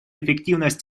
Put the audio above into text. эффективность